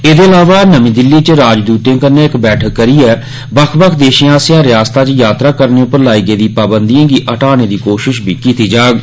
एह्दे अलावा नमीं दिल्ली च राजदूते कन्नै इक बैठक करिए बक्ख बक्ख देशे आस्सेआ रियास्ता च यात्रा करने पर लाई गेदी पाबंदिएं गी हटाने दी कोशिश भी कीती जाग